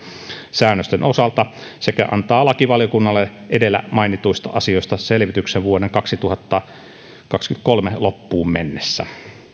säännösten osalta sekä antaa lakivaliokunnalle edellä mainituista asioista selvityksen vuoden kaksituhattakaksikymmentäkolme loppuun mennessä